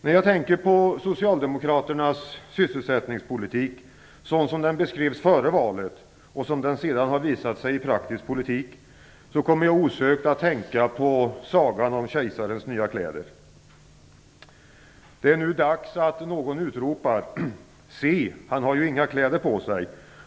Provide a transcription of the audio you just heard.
När jag tänker på Socialdemokraternas sysselsättningspolitik sådan den beskrevs före valet och sådan som den sedan har visat sig i praktisk politik kommer jag osökt att tänka på sagan om kejsarens nya kläder. Det är nu dags att någon utropar: Se, han har ju inga kläder på sig!